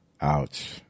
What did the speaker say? Ouch